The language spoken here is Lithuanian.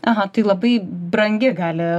aha tai labai brangi gali